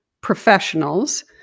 professionals